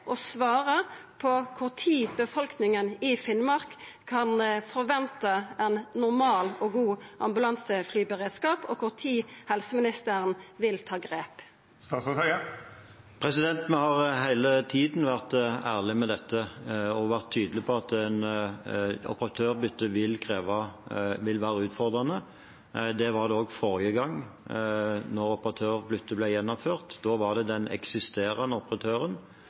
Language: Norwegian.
og svara på kva tid befolkninga i Finnmark kan forventa ein normal og god ambulanseflyberedskap, og kva tid helseministeren vil ta grep. Vi har hele tiden vært ærlige om dette og vært tydelige på at et operatørbytte vil være utfordrende. Det var det også forrige gang et operatørbytte ble gjennomført. Da var det den eksisterende operatøren,